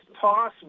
toss